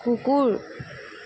কুকুৰ